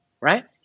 right